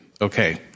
Okay